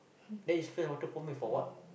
then he splash water for me for what